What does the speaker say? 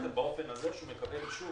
--- במערכת באופן הזה שהוא מקבל אישור